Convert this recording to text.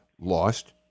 lost